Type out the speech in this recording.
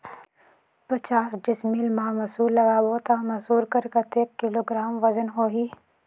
पचास डिसमिल मा मसुर लगाबो ता मसुर कर कतेक किलोग्राम वजन होही?